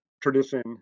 tradition